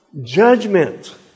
judgment